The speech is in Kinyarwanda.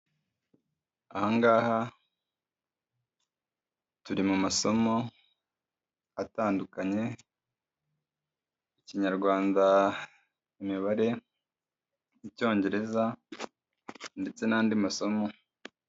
Aha ngaha turi mu masomo atandukanye, Ikinyarwanda, Imibare, Icyongereza ndetse n'andi masomo.